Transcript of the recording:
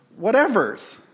whatevers